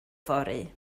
fory